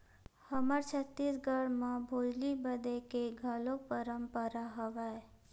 हमर छत्तीसगढ़ म भोजली बदे के घलोक परंपरा हवय